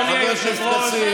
אדוני היושב-ראש,